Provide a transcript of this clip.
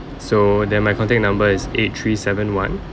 so then my contact number is eight three seven one